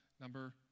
number